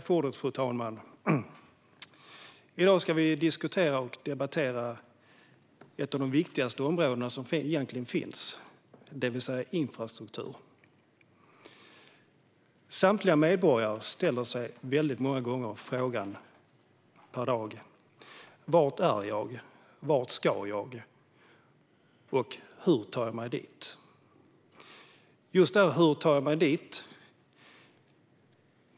Fru talman! I dag ska vi debattera ett av de viktigaste områden som finns, det vill säga infrastrukturen. Samtliga medborgare ställer sig många gånger frågorna: Var är jag? Vart ska jag? Hur tar jag mig dit?